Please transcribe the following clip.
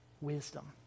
wisdom